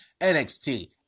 NXT